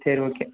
சரி ஓகே